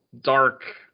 dark